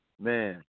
Man